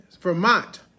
Vermont